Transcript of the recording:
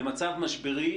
למצב משברי,